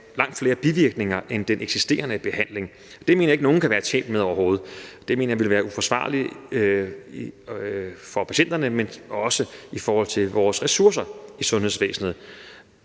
langt flere bivirkninger end den eksisterende behandling. Det mener jeg ikke nogen kan være tjent med overhovedet. Det mener jeg ville være uforsvarligt for patienterne, men også i forhold til vores ressourcer i sundhedsvæsenet.